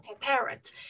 parent